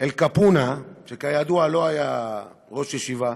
אל קפונה, שכידוע לא היה ראש ישיבה,